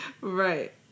Right